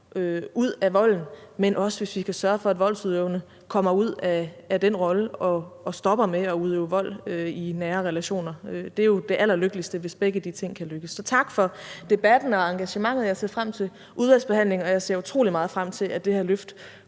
ud af volden, men også, hvis vi kan sørge for, at voldsudøverne kommer ud af den rolle og stopper med at udøve vold i nære relationer. Det er jo det allerlykkeligste, hvis begge de ting kan lykkes. Så tak for debatten og engagementet, og jeg ser frem til udvalgsbehandlingen. Og jeg ser utrolig meget frem til, at det her løft